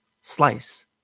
slice